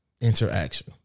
interaction